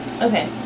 Okay